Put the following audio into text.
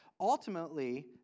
Ultimately